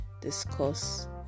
discuss